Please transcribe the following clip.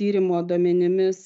tyrimo duomenimis